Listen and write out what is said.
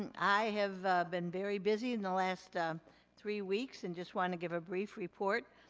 and i have been very busy in the last three weeks, and just wanted to give a brief report.